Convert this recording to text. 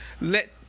let